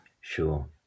Sure